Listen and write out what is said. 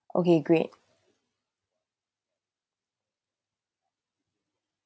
okay great